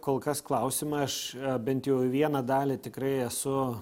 kol kas klausimai aš bent jau į vieną dalį tikrai esu